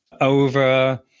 over